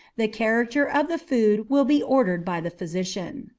the character of the food will be ordered by the physician.